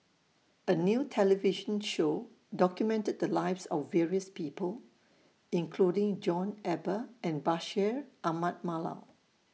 A New television Show documented The Lives of various People including John Eber and Bashir Ahmad Mallal